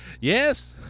Yes